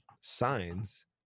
signs